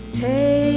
take